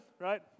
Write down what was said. right